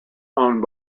owned